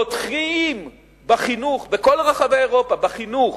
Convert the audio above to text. חותכים בחינוך, בכל רחבי אירופה, בחינוך,